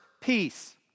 peace